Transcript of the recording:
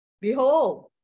behold